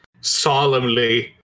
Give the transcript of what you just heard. Solemnly